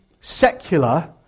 secular